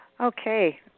Okay